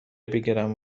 بگیرم